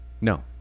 No